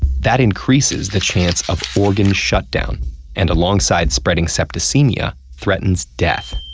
that increases the chance of organ shut down and alongside spreading septicemia, threatens death.